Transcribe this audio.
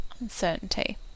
uncertainty